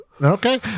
okay